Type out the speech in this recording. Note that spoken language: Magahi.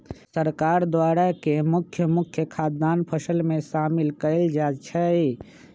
सरकार द्वारा के मुख्य मुख्य खाद्यान्न फसल में शामिल कएल जाइ छइ